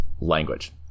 language